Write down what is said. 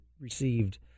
received